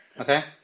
Okay